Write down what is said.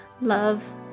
love